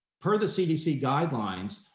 per the cdc guidelines,